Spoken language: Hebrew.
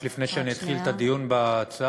רק לפני שאתחיל את הדיון בהצעה,